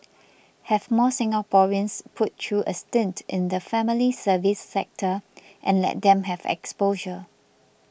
have more Singaporeans put through a stint in the family service sector and let them have exposure